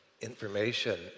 information